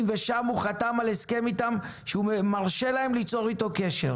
ושם הוא חתם על הסכם איתם שהוא מרשה להם ליצור איתו קשר.